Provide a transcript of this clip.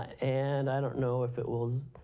and i don't know if it will.